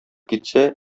китсә